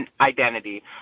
identity